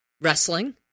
Wrestling